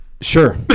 Sure